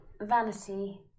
Vanity